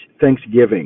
Thanksgiving